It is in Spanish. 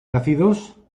nacidos